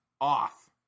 off